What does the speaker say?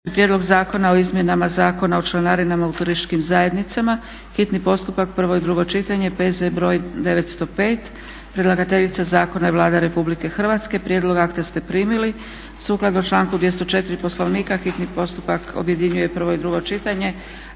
prijedlog Zakona o izmjenama Zakona o članarinama u turističkim zajednicama, hitni postupak, prvo i drugo čitanje, P.Z. BR.. 905; Predlagateljica zakona je Vlada Republike Hrvatske, prijedlog akta ste primili. Sukladno članku 204. Poslovnika hitni postupak objedinjuje prvo i drugo čitanje.